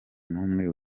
n’umwe